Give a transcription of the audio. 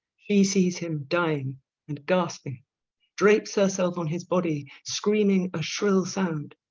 she sees him dying and gasping drapes herself on his body, screaming a shrill sound.